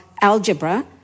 algebra